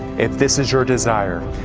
if this is your desire,